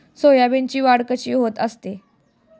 सोयाबीनची वाढ कशी होत असते?